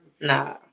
nah